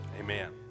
amen